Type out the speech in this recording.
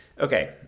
Okay